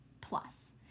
plus